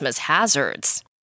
hazards